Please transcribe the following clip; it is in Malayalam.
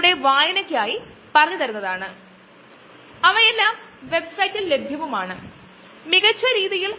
rituximab trastuzumab bevacizumab cetuximab panitumumab ipilimumab തുടങ്ങിയവ